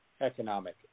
Economic